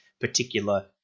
particular